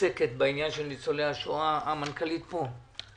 עוסקת בעניין של ניצולי השואה - המנכ"לית פה,